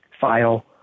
File